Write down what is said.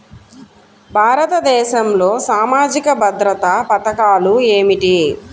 భారతదేశంలో సామాజిక భద్రతా పథకాలు ఏమిటీ?